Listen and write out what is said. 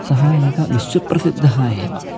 सः एकः विश्वप्रसिद्धः एव